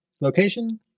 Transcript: Location